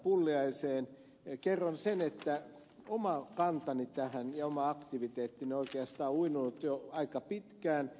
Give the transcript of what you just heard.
kerron sen että oma kantani tähän ja oma aktiviteettini oikeastaan on uinunut jo aika pitkään